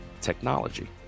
technology